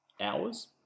hours